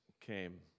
came